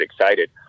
excited